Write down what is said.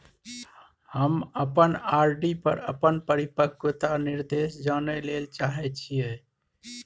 हम अपन आर.डी पर अपन परिपक्वता निर्देश जानय ले चाहय छियै